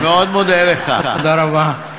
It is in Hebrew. תודה רבה.